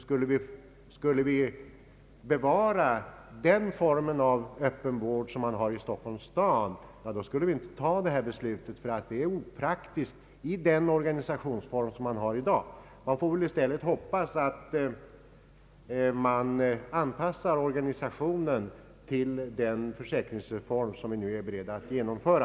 Skulle vi bevara den form av öppen vård som finns i Stockholms stad skulle vi inte ta den föreslagna reformen, ty den är enligt min mening opraktisk i den organisationsform den har i dag. Vi får väl i stället hoppas att man anpassar organisationen till den försäkringsreform som vi nu är beredda att genomföra.